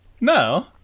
No